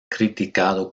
criticado